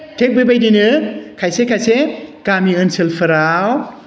थिक बेबायदिनो खायसे खायसे गामि ओनसोलफोराव